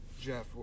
Jeff